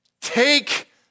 Take